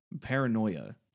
paranoia